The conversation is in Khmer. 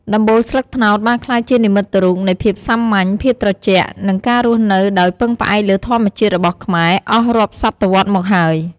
ដំបូលស្លឹកត្នោតបានក្លាយជានិមិត្តរូបនៃភាពសាមញ្ញ ភាពត្រជាក់ និងការរស់នៅដោយពឹងផ្អែកលើធម្មជាតិរបស់ខ្មែរអស់រាប់សតវត្សរ៍មកហើយ។